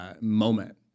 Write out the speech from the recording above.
moment